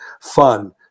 fun